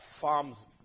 farms